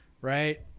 Right